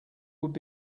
would